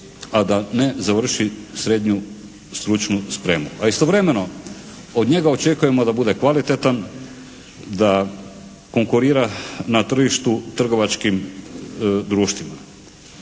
a da ne završi srednju stručnu spremu, a istovremeno od njega očekujemo da bude kvalitetan, da konkurira na tržištu trgovačkim društvima.